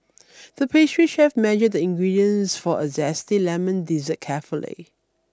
the pastry chef measured the ingredients for a Zesty Lemon Dessert carefully